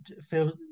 feel